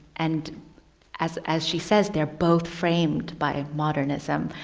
and as as she says they're both framed by modernism.